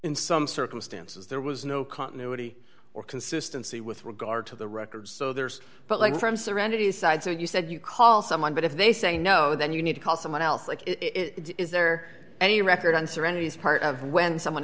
in some circumstances there was no continuity or consistency with regard to the records so there's but like from serenity's side so you said you call someone but if they say no then you need to call someone else like it is there any record on serenity's part of when someone